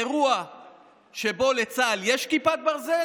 אירוע שבו לצה"ל יש כיפת ברזל